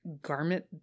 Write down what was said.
garment